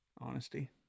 Honesty